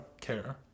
care